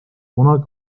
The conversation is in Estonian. kunagi